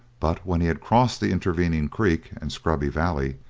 but when he had crossed the intervening creek and scrubby valley,